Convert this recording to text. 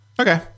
Okay